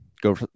go